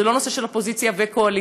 זה לא נושא של אופוזיציה וקואליציה.